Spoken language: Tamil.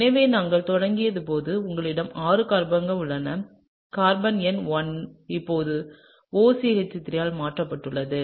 எனவே நாங்கள் தொடங்கியபோது உங்களிடம் ஆறு கார்பன்கள் உள்ளன கார்பன் எண் 1 இப்போது OCH3 ஆல் மாற்றப்பட்டுள்ளது